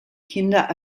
kinder